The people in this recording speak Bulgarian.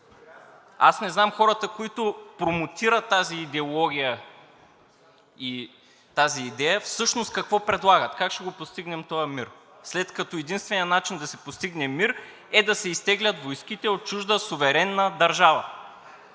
Аз не знам хората, които промотират тази идеология и тази идея, всъщност какво предлагат – как ще го постигнем този мир? След като единственият начин да се постигне мир е да се изтеглят войските от чужда суверенна държава?